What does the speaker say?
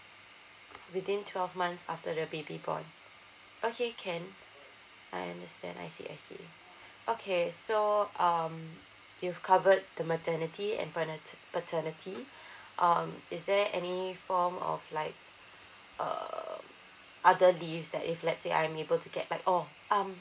within twelve months after the baby born okay can I understand I see I see okay so um you've covered the maternity and pa~ nit~ paternity um is there any form of like uh other leaves that if let's say I'm able to get like orh um